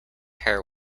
hair